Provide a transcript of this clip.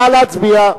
נא להצביע.